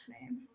name